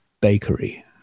bakery